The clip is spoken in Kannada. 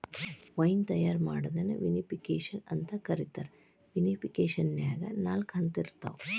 ವೈನ್ ತಯಾರ್ ಮಾಡೋದನ್ನ ವಿನಿಪಿಕೆಶನ್ ಅಂತ ಕರೇತಾರ, ವಿನಿಫಿಕೇಷನ್ನ್ಯಾಗ ನಾಲ್ಕ ಹಂತ ಇರ್ತಾವ